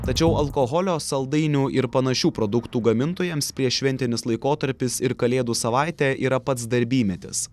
tačiau alkoholio saldainių ir panašių produktų gamintojams prieššventinis laikotarpis ir kalėdų savaitė yra pats darbymetis